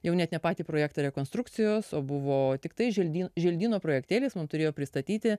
jau ne patį projektą rekonstrukcijos o buvo tiktai želdynų želdyno projektėlis mum turėjo pristatyti